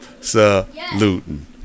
saluting